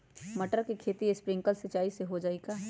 मटर के खेती स्प्रिंकलर सिंचाई से हो जाई का?